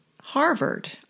Harvard